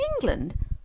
England